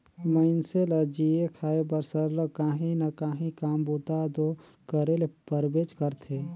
मइनसे ल जीए खाए बर सरलग काहीं ना काहीं काम बूता दो करे ले परबेच करथे